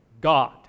God